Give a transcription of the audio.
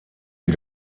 wie